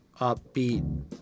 upbeat